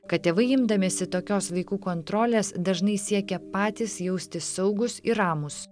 kad tėvai imdamiesi tokios vaikų kontrolės dažnai siekia patys jaustis saugūs ir ramūs